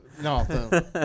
No